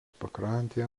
pakrantėje